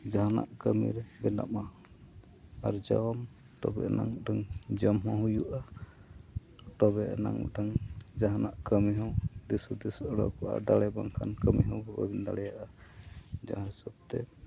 ᱡᱟᱦᱟᱱᱟᱜ ᱠᱟᱹᱢᱤᱨᱮ ᱵᱮᱱᱟᱜᱼᱢᱟ ᱟᱨᱡᱟᱣᱟᱢ ᱛᱚᱵᱮᱭᱮᱱᱟ ᱢᱤᱫᱴᱟᱝ ᱡᱚᱢ ᱦᱚᱸ ᱦᱩᱭᱩᱜᱼᱟ ᱛᱚᱵᱮᱭᱮᱱᱟ ᱢᱤᱫᱴᱟᱝ ᱡᱟᱦᱟᱱᱟᱜ ᱠᱟᱹᱢᱤᱦᱚᱸ ᱫᱤᱥ ᱦᱩᱫᱤᱥ ᱚᱰᱳᱠᱚᱜᱼᱟ ᱫᱟᱲᱮ ᱵᱟᱝᱠᱷᱟᱱ ᱠᱟᱹᱢᱤ ᱦᱚᱸ ᱵᱟᱹᱵᱤᱱ ᱫᱟᱲᱮᱭᱟᱜᱼᱟ ᱡᱟᱦᱟᱸ ᱦᱤᱥᱟᱹᱵᱛᱮ